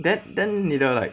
then then 你的 like